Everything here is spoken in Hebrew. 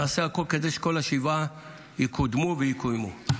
נעשה הכול שכל השבעה יקודמו ויקוימו.